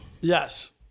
Yes